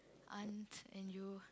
aunt and you